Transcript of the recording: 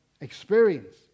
experience